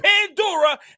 Pandora